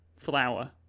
Flour